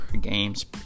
games